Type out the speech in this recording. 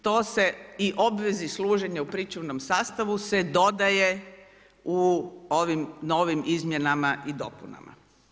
To se i obvezi služenja u pričuvnom sastavu se dodaje u ovim novim izmjenama i dopunama.